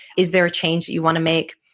is there a change that you want to make?